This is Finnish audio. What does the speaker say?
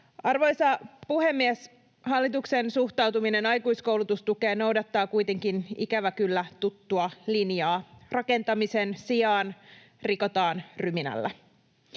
Arvoisa puhemies! Hallituksen suhtautuminen aikuiskoulutustukeen noudattaa kuitenkin, ikävä kyllä, tuttua linjaa. Rakentamisen sijaan rikotaan ryminällä.